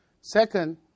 Second